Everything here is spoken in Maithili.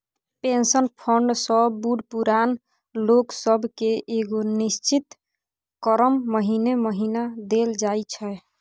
पेंशन फंड सँ बूढ़ पुरान लोक सब केँ एगो निश्चित रकम महीने महीना देल जाइ छै